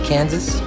Kansas